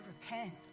repent